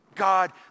God